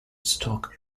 stock